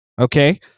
okay